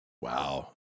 Wow